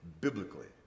biblically